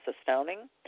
astounding